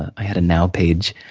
i had a now page,